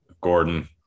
Gordon –